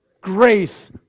grace